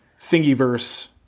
Thingiverse